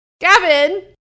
Gavin